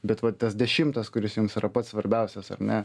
bet va tas dešimtas kuris jums yra pats svarbiausias ar ne